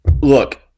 Look